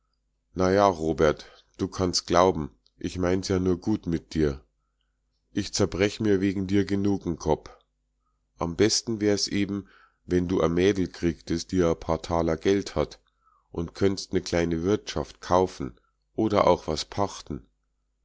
ja robert du kannst glauben ich mein's ja gut mit dir ich zerbrech mir wegen dir genug n kopp am besten wär's eben wenn du a mädel kriegtest die a paar taler geld hat und könnt'st ne kleine wirtschaft kaufen oder auch was pachten